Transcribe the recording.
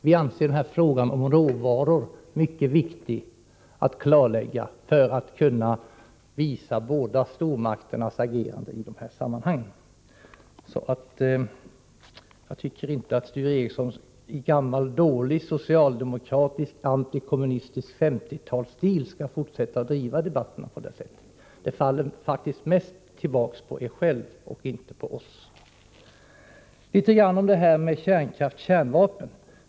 Vi anser att råvarufrågan är mycket väsentlig att klarlägga om man skall kunna visa båda stormakternas agerande i dessa sammanhang. Jag tycker inte att Sture Ericson i gammal dålig socialdemokratisk antikommunistisk 50-talsstil skall fortsätta att driva debatten på detta sätt. Det faller faktiskt mest tillbaka på er själva och inte på OSS. Så några ord om kärnkraft och kärnvapen.